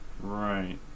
Right